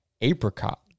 apricot